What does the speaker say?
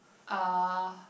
uh